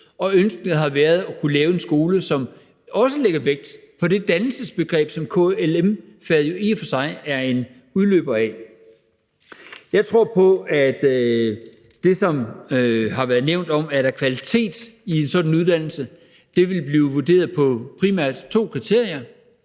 Og ønsket har været at kunne lave en skole, som også lægger vægt på det dannelsesbegreb, som KLM-faget jo i og for sig er en udløber af. Med hensyn til det, som har været nævnt, i forhold til om der er kvalitet i sådan en uddannelse, det bliver vurderet efter primært to kriterier.